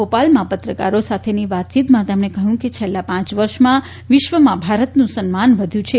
ભોપાલમાં પત્રકારો સાથેની વાતચીતમાં તેમણે કહ્યું કે છેલ્લા પાંચ વર્ષમાં વિશ્વમાં ભારતનું સન્માન વધ્યું છે